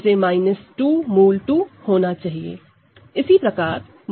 इसे 𝜎2 √2 होना चाहिएयानी कि 2 √2 होना चाहिए